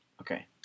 Okay